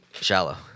shallow